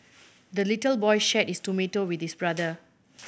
the little boy shared his tomato with his brother